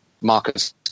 Marcus